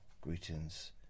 Greetings